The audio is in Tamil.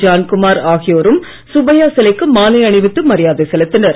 ஜான்குமார் ஆகியோரும் சுப்பையா சிலைக்கு மாலை அணிவித்து மரியாதை செலுத்தினர்